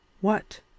What